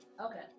Okay